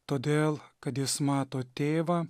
todėl kad jis mato tėvą